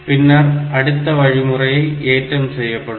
பின்னர் அடுத்த வழிமுறை ஏற்றம் செய்யப்படும்